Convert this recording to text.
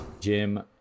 Jim